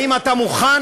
האם אתה מוכן